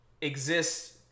exists